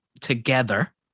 together